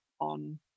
on